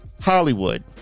Hollywood